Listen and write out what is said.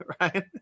right